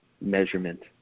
measurement